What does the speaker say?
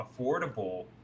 affordable